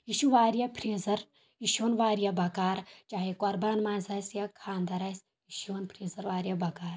یہِ چھُ واریاہ فریزر یہِ چھُ یوان واریاہ بکار چاہے قۄربان ماز آسہِ یا خانٛدر آسہِ یہِ چھُ یوان فریزر واریاہ بکار